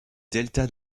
delta